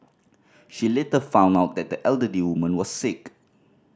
she later found out that the elderly woman was sick